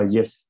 Yes